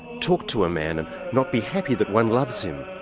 talk to a man and not be happy that one loves him? oh,